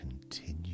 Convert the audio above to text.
continue